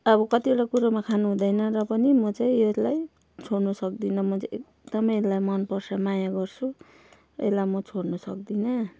अब कतिवटा कुरोमा खानु हुँदैन र पनि म चाहिँ यसलाई छोड्नु सक्दिनँ म चाहिँ एकदमै यसलाई मन पर्छ माया गर्छु यसलाई म छोड्नु सक्दिनँ